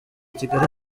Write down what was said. kigali